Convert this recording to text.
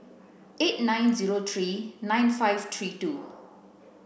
eight nine zero three nine five three two